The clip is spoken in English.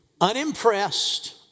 Unimpressed